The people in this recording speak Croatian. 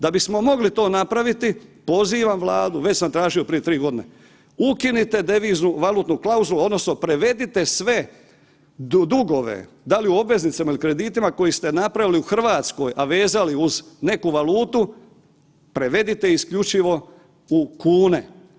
Da bismo mogli to napraviti pozivam Vladu, već sam tražio prije 3.g., ukinite deviznu valutnu klauzulu odnosno prevedite sve dugove, da li u obveznicama ili kreditima koje ste napravili u RH, a vezali uz neku valutu prevedite isključivo u kune.